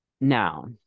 Now